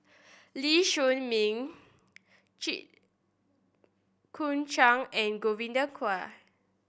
Lee Shao Meng Jit Koon Ch'ng and Godwin Koay